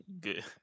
Good